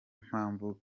mpamvu